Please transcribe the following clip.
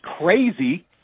crazy